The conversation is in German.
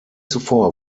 zuvor